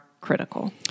critical